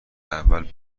اول